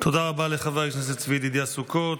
תודה רבה לחבר הכנסת צבי ידידיה סוכות.